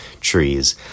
trees